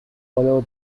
follow